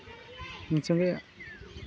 ᱩᱱᱤ ᱥᱚᱝᱜᱮᱜ